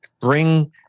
bring